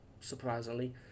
surprisingly